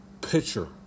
pitcher